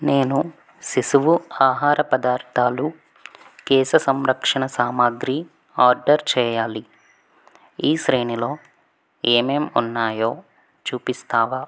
నేను శిశువు ఆహార పదార్థాలు కేశ సంరక్షణ సామాగ్రి ఆర్డర్ చేయాలి ఈ శ్రేణిలో ఏమేం ఉన్నాయో చూపిస్తావా